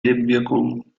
nebenwirkungen